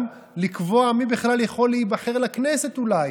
גם לקבוע מי בכלל יכול להיבחר לכנסת אולי,